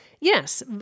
Yes